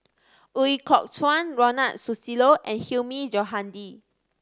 Ooi Kok Chuen Ronald Susilo and Hilmi Johandi